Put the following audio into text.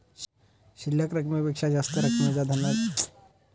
शिल्लक रकमेपेक्षा जास्त रकमेचा धनादेश मी दिला तर मला किती दंड लागेल?